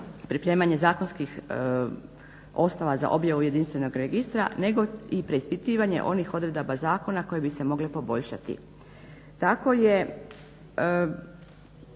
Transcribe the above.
pripremanje zakonskih osnova za objavu jedinstvenog registra nego i preispitivanje onih odredaba zakona koje bi se mogle poboljšati.